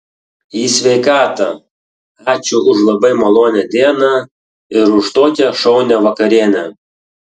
į sveikatą ačiū už labai malonią dieną ir už tokią šaunią vakarienę